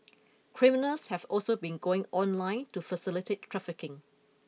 criminals have also been going online to facilitate trafficking